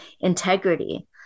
Integrity